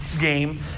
game